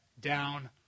down